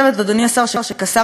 שכשר להגנת הסביבה,